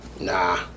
Nah